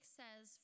says